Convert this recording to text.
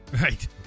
right